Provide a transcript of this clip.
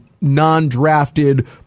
non-drafted